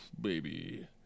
baby